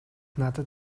надад